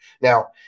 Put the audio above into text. Now